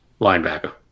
linebacker